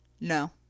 No